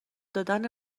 دادن